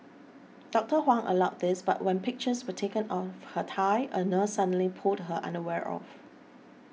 Doctor Huang allowed this but when pictures were taken of her thigh a nurse suddenly pulled her underwear off